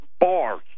bars